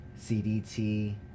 CDT